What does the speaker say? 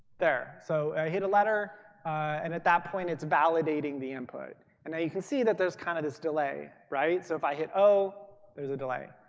there. so hit a letter and at that point it's validating the input. and now you can see that there's kind of this delay. right? so if i hit o there's a delay.